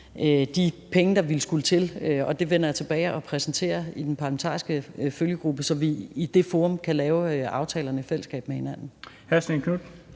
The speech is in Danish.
de penge, der ville skulle til. Det vender jeg tilbage med og præsenterer i den parlamentariske følgegruppe, så vi i det forum kan lave aftalerne i fællesskab. Kl.